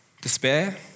Despair